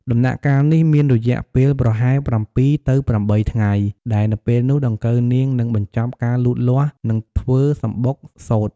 ដំណាក់កាលនេះមានរយៈពេលប្រហែល ៧ ទៅ ៨ ថ្ងៃ ដែលនៅពេលនោះដង្កូវនាងនឹងបញ្ចប់ការលូតលាស់ និងធ្វើសំបុកសូត្រ។